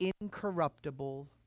incorruptible